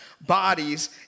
bodies